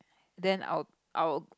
then I'll I'll